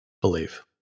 believe